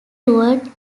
toured